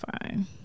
fine